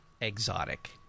exotic